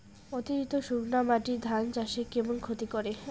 অতিরিক্ত শুকনা মাটি ধান চাষের কেমন ক্ষতি করে?